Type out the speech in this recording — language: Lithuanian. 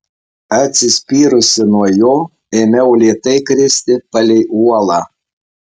atsispyrusi nuo jo ėmiau lėtai kristi palei uolą